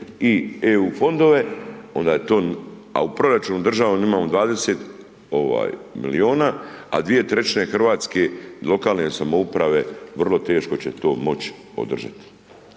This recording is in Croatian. i EU fondove, onda je to, a u proračunu državnom imamo 20 milijuna, a 2/3 RH lokalne samouprave vrlo teško će to moć održat,